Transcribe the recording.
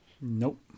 Nope